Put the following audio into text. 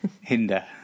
Hinder